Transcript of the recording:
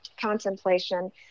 contemplation